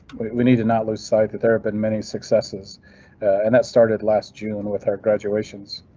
we need to not lose sight that there have been many successes and that started last june with our graduations.